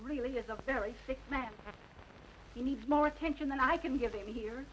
really is a very sick man he needs more attention than i can give him here